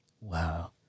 Wow